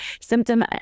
symptom